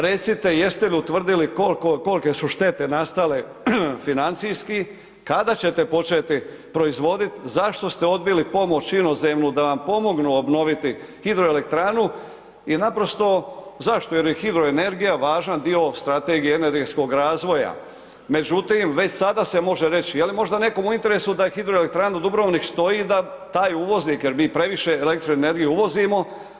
Recite jeste li utvrdili kolike su štete nastale financijski, kada ćete početi proizvoditi, zašto ste odbili pomoć inozemnu da vam pomognu obnoviti hidroelektranu i naprosto zašto jer je hidroenergija važan dio strategije energetskog razvoja međutim već sada se može reći, je li možda nekom u interesu da HE Dubrovnik stoji da taj uvoznik, jer mi previše električne energije uvozimo.